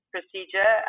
procedure